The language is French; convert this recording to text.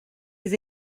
les